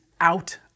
out